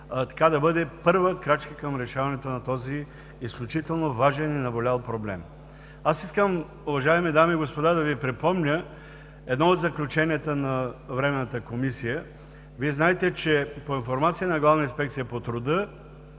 който да бъде първа крачка към решаването на този изключително важен и наболял проблем. Искам, уважаеми дами и господа, да Ви припомня едно от заключенията на Временната комисия. Знаете, че по информация на Главната инспекция по труда